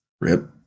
Rip